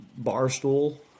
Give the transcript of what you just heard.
Barstool